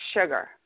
sugar